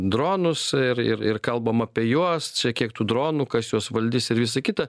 dronus ir ir ir kalbam apie juos čia kiek tų dronų kas juos valdys ir visa kita